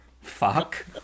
fuck